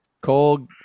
Cole